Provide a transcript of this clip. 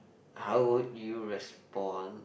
how would you respond